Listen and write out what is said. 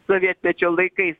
sovietmečio laikais